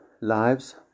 lives